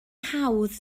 hawdd